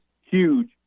huge